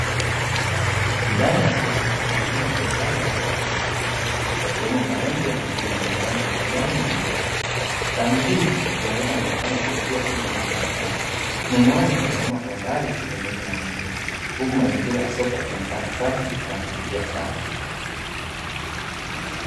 Ndani ya soko matunda mbalimbali yamepangwa kwa kuvutia, yakiwemo maembe na ndizi yenye rangi ya kijani na njano. Rangi hizi zinaleta mwonekano wa kuvutia chini ya mwanga wa mchana. Mnunuaji kasimama kwa mbali akizungumza na mhudumu, huku mazingira ya soko yakionekana safi na ya kuvutia sana.